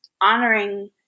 honoring